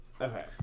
okay